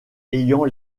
ayant